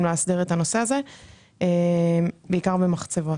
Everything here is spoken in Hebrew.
להסדיר את הנושא הזה בעיקר בחומרי חציבה.